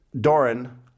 Doran